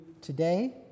today